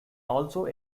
also